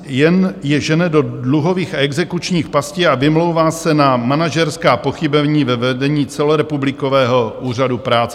Jen je žene do dluhových a exekučních pastí a vymlouvá se na manažerská pochybení ve vedení celorepublikového Úřadu práce.